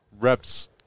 reps –